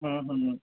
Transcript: ਹੂੰ ਹੂੰ